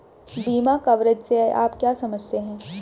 बीमा कवरेज से आप क्या समझते हैं?